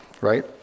right